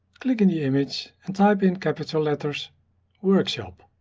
click in the image and type in capitol letters workshop.